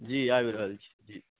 जी आबि रहल छी जी